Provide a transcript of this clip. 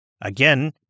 Again